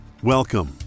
Welcome